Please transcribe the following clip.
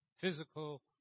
physical